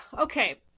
okay